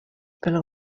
pel